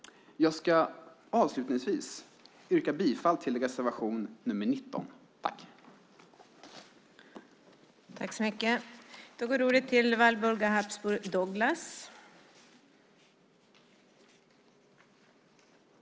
Avslutningsvis yrkar jag bifall till reservation nr 19.